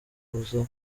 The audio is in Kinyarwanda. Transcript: guhuza